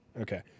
Okay